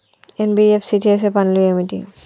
NBFC చేసే పనులు ఏమిటి?